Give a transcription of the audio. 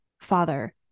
father